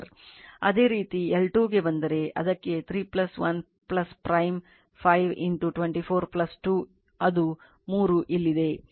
ಅದೇ ರೀತಿ L2 ಗೆ ಬಂದರೆ ಅದಕ್ಕೆ 3 1 prime 5 2 4 2 ಅದು 3 ಇಲ್ಲಿದೆ